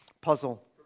puzzle